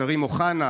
השרים אוחנה,